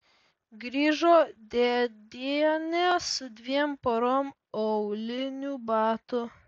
grįžo dėdienė su dviem porom aulinių batų